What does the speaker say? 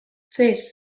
fes